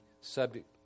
subject